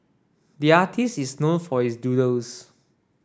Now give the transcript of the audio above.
the artist is known for his doodles